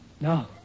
No